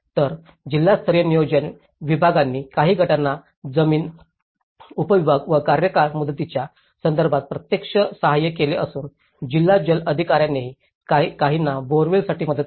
तर जिल्हास्तरीय नियोजन विभागांनी काही गटांना जमीन उपविभाग व कार्यकाळ मुदतीच्या संदर्भात प्रत्यक्ष सहाय्य केले असून जिल्हा जल अधिकाऱ्यानीही काहींना बोअरहोलसाठी मदत केली